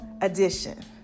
edition